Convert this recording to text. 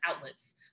outlets